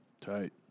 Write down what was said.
Tight